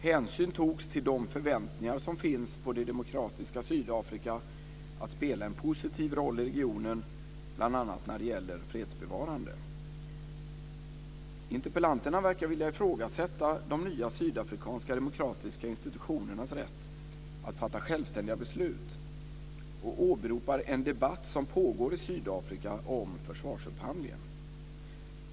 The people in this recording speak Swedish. Hänsyn togs till de förväntningar som finns på det demokratiska Sydafrika att spela en positiv roll i regionen, bl.a. när det gäller fredsbevarande. Interpellanterna verkar vilja ifrågasätta de nya sydafrikanska demokratiska institutionernas rätt att fatta självständiga beslut och åberopar en debatt som pågår i Sydafrika om försvarsupphandlingen.